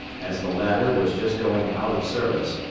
as the latter was just going out of service,